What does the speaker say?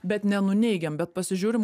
bet nenuneigiam bet pasižiūrim